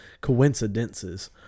Coincidences